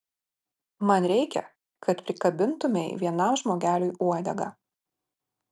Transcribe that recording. man reikia kad prikabintumei vienam žmogeliui uodegą